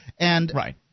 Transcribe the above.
Right